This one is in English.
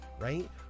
right